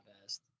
best